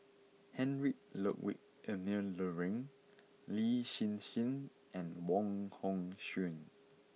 Heinrich Ludwig Emil Luering Lin Hsin Hsin and Wong Hong Suen